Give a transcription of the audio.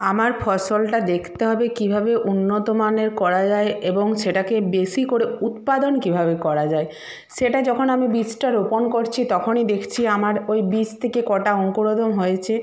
আমার ফসলটা দেখতে হবে কীভাবে উন্নত মানের করা যায় এবং সেটাকে বেশি করে উৎপাদন কীভাবে করা যায় সেটা যখন আমি বীজটা রোপণ করছি তখনই দেখছি আমার ওই বীজ থেকে কটা অঙ্কুরোদোম হয়েছে